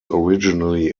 originally